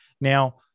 Now